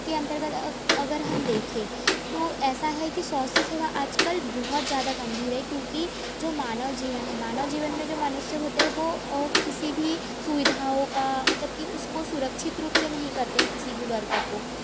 के अंतर्गत अगर हम देखें तो ऐसा है कि स्वास्थय सेवा आज कल बहुत ज़्यादा गम्भीर है क्योंकि जो मानव जीवन है मानव जीवन में जो मनुष्य होते हैं वो ओ किसी भी सुविधाओं का मतलब कि उसको सुरक्षित रूप से नहीं करते हैं किसी भी वर्ग को